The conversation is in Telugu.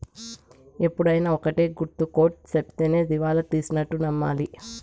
ఎప్పుడైనా ఒక్కటే గుర్తు కోర్ట్ సెప్తేనే దివాళా తీసినట్టు నమ్మాలి